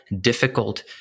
difficult